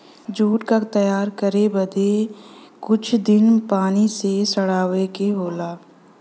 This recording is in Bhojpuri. जूट क तैयार करे बदे कुछ दिन पानी में सड़ावे के होला